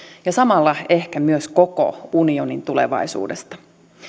ja samalla ehkä myös koko unionin tulevaisuudesta